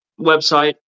website